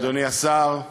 אדוני השר,